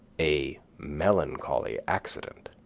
a melancholy accident.